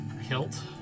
hilt